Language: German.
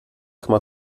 komma